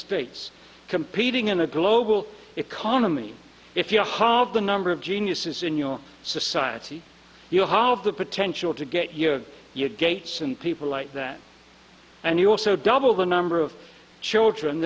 states competing in a global economy if you don't have the number of geniuses in your society you have the potential to get you and your gates and people like that and you also double the number of children